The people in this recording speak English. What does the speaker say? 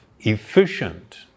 efficient